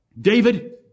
David